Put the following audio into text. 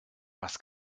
was